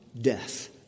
death